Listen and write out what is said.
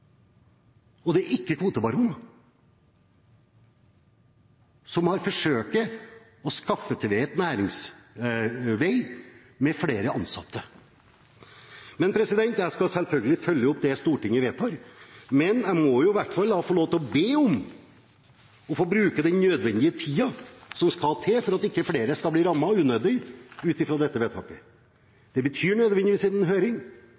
ikke kvotebaroner – der man forsøker å skaffe en næringsvei med flere ansatte. Jeg skal selvfølgelig følge opp det Stortinget vedtar, men jeg må i hvert fall få lov å be om å få bruke den nødvendige tid som skal til, slik at ikke flere skal bli rammet unødig av dette vedtaket. Det betyr nødvendigvis en høring